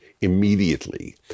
Immediately